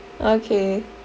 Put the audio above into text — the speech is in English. okay